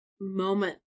moment